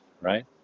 right